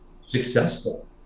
successful